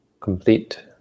complete